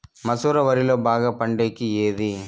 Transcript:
మసూర వరిలో బాగా పండేకి ఏది?